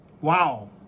Wow